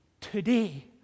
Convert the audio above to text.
today